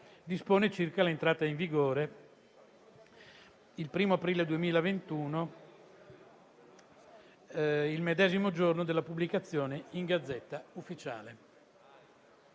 dispone circa l'entrata in vigore, il 1° aprile 2021, il medesimo giorno della pubblicazione in *Gazzetta Ufficiale*.